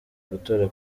gutora